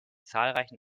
zahlreichen